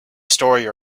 story